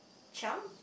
Chiam